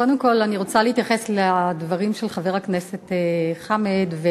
קודם כול אני רוצה להתייחס לדברים של חבר הכנסת חמד עמאר,